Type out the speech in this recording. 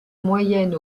moyenne